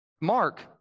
Mark